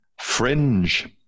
Fringe